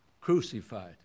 Crucified